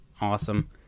Awesome